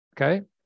okay